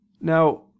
Now